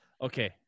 Okay